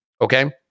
Okay